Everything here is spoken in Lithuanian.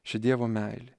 ši dievo meilė